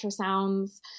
ultrasounds